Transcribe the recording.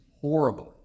horribly